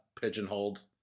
pigeonholed